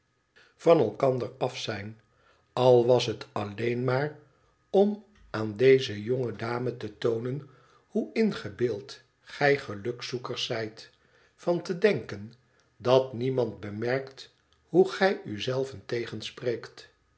van elkander af zijn al was het alleen maar om aan deze jonge dame te toonen hoe ingebeeld gij gelukzoekers zijt van te denken dat niemand bemerkt hoe gij u zelven tegenspreekt